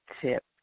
tip